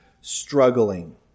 struggling